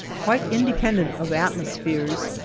quite independent of atmospheres,